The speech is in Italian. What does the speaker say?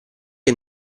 che